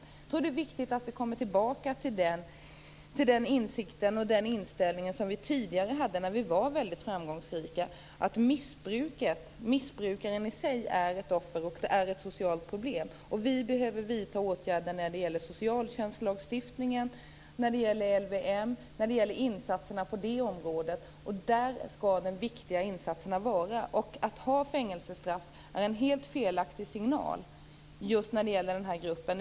Jag tror att det är viktigt att vi kommer tillbaka till den insikt och inställning som vi hade tidigare då vi var väldigt framgångsrika, att missbrukaren är ett offer och att missbruket är ett socialt problem. Vi behöver vidta åtgärder när det gäller socialtjänstlagstiftningen, LVM och insatserna på det området. Där skall de viktiga insatserna ske. Att ha fängelsestraff är en helt felaktig signal när det gäller den här gruppen.